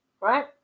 Right